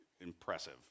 impressive